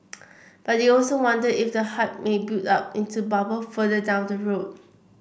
but he also wonder if the hype may build up into bubble further down the road